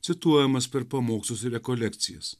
cituojamas per pamokslus ir rekolekcijas